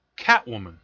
Catwoman